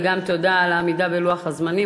וגם תודה על העמידה בלוח הזמנים.